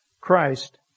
Christ